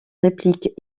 répliques